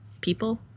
people